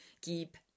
keep